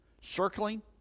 circling